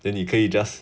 then 你可以 just